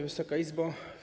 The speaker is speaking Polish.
Wysoka Izbo!